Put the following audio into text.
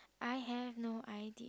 I have no idea